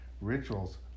Rituals